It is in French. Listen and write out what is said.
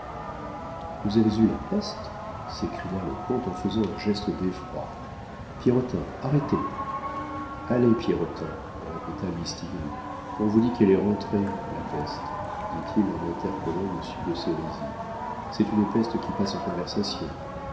vous avez eu la peste s'écria le comte en faisant un geste d'effroi pierrotin arrêtez allez pierrotin répéta mistigris on vous dit qu'elle est rentrée la peste dit-il en interpellant monsieur de sérisy c'est une peste qui passe en conversation